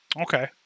Okay